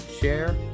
share